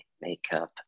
makeup